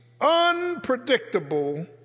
unpredictable